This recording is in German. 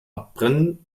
abbrennen